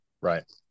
right